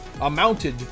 amounted